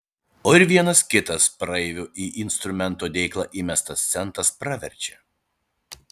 o ir vienas kitas praeivių į instrumento dėklą įmestas centas praverčia